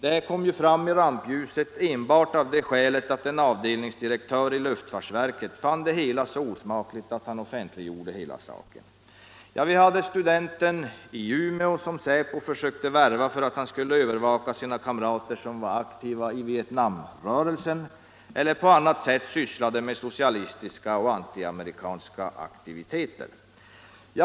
Det här kom fram i rampljuset enbart av det skälet att en avdelningsdirektör i luftfartsverket fann det hela så osmakligt att han offentliggjorde hela saken. Vi hade studenten i Umeå som säpo försökte värva för att han skulle övervaka sina kamrater som var aktiva i Vietnamrörelsen eller på annat sätt sysslade med socialistiska och antiamerikanska aktiviteter.